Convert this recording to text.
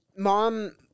Mom